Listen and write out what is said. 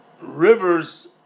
rivers